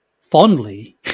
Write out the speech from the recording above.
fondly